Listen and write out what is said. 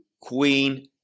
Queen